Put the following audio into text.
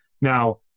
Now